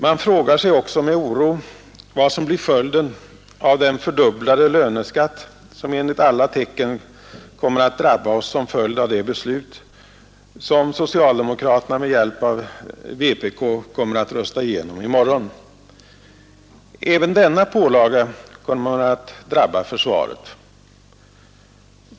Man frågar sig också med oro vad som blir följden av den fördubblade löneskatten, som enligt alla tecken kommer att drabba oss som följd av det beslut socialdemokraterna med hjälp av vpk kommer att rösta igenom i morgon. Även denna pålaga kommer att drabba försvaret.